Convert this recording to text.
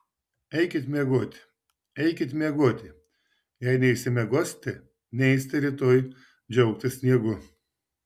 eikit miegoti eikit miegoti jei neišsimiegosite neisite rytoj džiaugtis sniegu